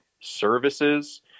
services